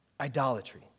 Idolatry